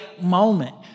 moment